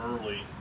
early